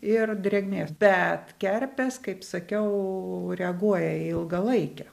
ir drėgmės bet kerpės kaip sakiau reaguoja į ilgalaikę